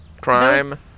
Crime